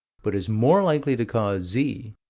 but is more likely to cause z,